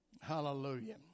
Hallelujah